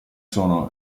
sono